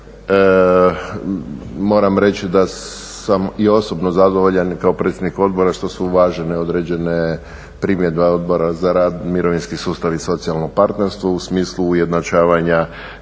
Moram reći da sam i osobno zadovoljan i kao i predsjednik odbora što su uvažene određene primjedbe Odbora za radi, mirovinski sustav i socijalno partnerstvo u smislu ujednačavanja